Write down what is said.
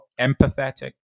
empathetic